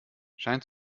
scheint